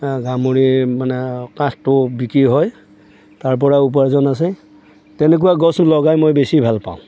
হাঁ গামৰি মানে কাঠটো বিক্ৰী হয় তাৰ পৰাও উপাৰ্জন আছে তেনেকুৱা গছো লগাই মই বেছি ভাল পাওঁ